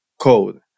code